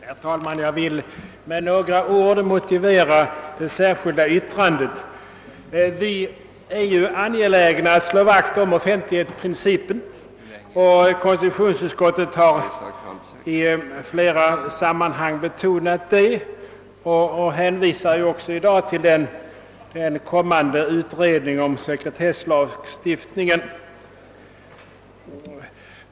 Herr talman! Jag vill med några ord motivera det särskilda yttrandet som fogas till detta utlåtande. Vi är ju alla angelägna att slå vakt om = offentlighetsprincipen. Konstitutionsutskottet har i flera sammanhang betonat detta och hänvisar också i dag till den kommande översynen av sekretesslagstiftningen..